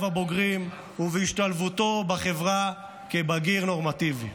הבוגרים ובהשתלבותו בחברה כבגיר נורמטיבי.